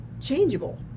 changeable